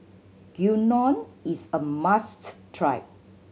gyudon is a must try